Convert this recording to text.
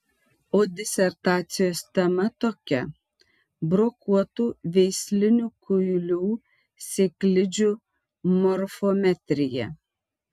o disertacijos tema tokia brokuotų veislinių kuilių sėklidžių morfometrija